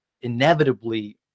inevitably